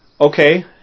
Okay